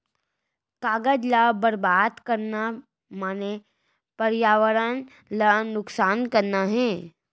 कागद ल बरबाद करना माने परयावरन ल नुकसान करना हे